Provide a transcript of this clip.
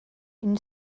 une